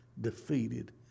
defeated